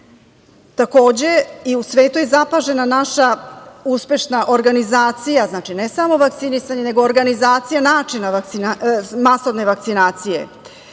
Takođe, i u svetu je zapažena naša uspešna organizacija, ne samo vakcinisanje nego organizacija načina masovne vakcinacije.Za